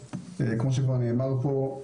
כמו שכבר נאמר פה,